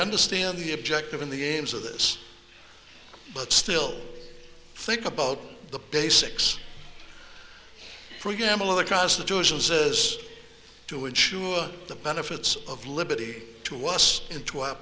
understand the objective in the aims of this but still think about the basics preamble of the constitution says to ensure the benefits of liberty to us into our